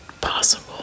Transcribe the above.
possible